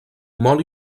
molt